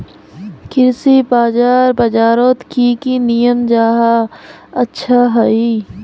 कृषि बाजार बजारोत की की नियम जाहा अच्छा हाई?